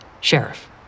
Sheriff